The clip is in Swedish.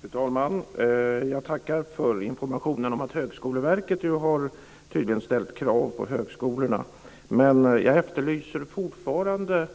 Fru talman! Jag tackar för informationen om att Högskoleverket tydligen har ställt krav på högskolorna. Men jag efterlyser fortfarande